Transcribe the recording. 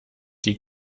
die